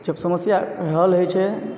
जब समस्याके हल होइत छै